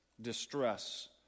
distress